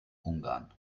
ungarn